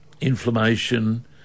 inflammation